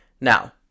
Now